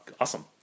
Awesome